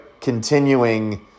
continuing